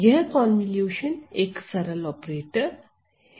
अतः कन्वॉल्यूशन एक सरल ऑपरेटर है